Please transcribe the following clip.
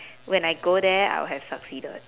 when I go there I would have succeeded